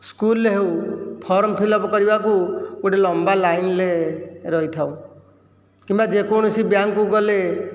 ସ୍କୁଲରେ ହେଉ form fill up କରିବାକୁ ଗୋଟିଏ ଲମ୍ବା ଲାଇନ୍ରେ ରହିଥାଉ କିମ୍ବା ଯେକୌଣସି ବ୍ୟାଙ୍କକୁ ଗଲେ